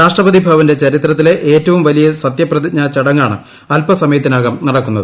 രാഷ്ട്രപതിഭവന്റെ ചരിത്രത്തിലെ ഏറ്റവും വലിയ സത്യപ്രതിജ്ഞാ ചടങ്ങാണ് അല്പസമയത്തിനകം നടക്കുന്നത്